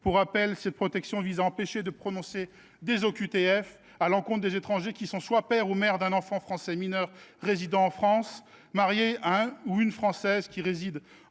Pour rappel, cette protection vise à empêcher de prononcer une OQTF à l’encontre de l’étranger qui, soit est père ou mère d’un enfant français mineur résidant en France, soit est marié à un Français ou une Française, soit réside en France